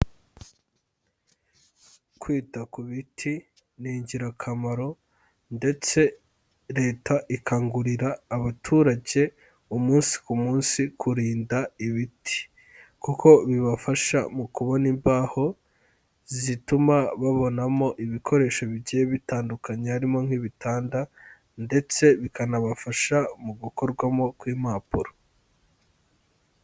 Kwita ku biti ni ingirakamaro ndetse leta ikangurira abaturage umunsi ku munsi kurinda ibiti, kuko bibafasha mu kubona imbaho zituma babonamo ibikoresho bigiye bitandukanye, harimo nk'ibitanda ndetse bikanabafasha mu gukorwamo kw'impapuro.